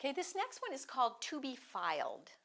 kid this next one is called to be filed